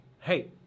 Hey